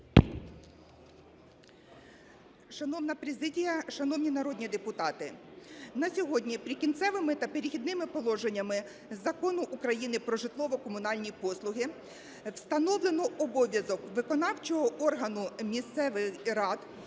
Шановна президія, шановні народні депутати, на сьогодні "Прикінцевими та перехідними положеннями" Закону України "Про житлово-комунальні послуги" встановлено обов'язок виконавчого органу місцевих рад